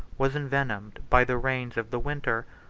was envenomed by the rains of the winter,